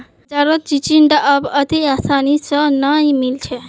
बाजारत चिचिण्डा अब अत्ते आसानी स नइ मिल छेक